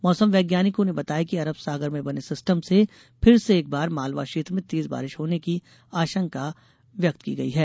मौसम वैज्ञानिकों ने बताया कि अरब सागर में बने सिस्टम से फिर से एक बार मालवा क्षेत्र में तेज बारिश होने की आशंका व्यक्त की गई है